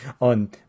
on